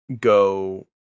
go